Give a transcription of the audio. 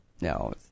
No